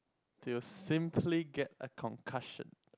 they will simply get a concussion